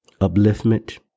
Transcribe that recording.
Upliftment